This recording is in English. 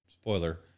Spoiler